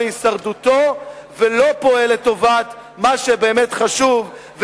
להישרדותו ולא פועל לטובת מה שבאמת חשוב,